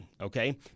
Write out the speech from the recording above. okay